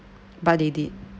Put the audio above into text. but they did